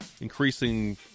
increasing